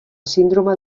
síndrome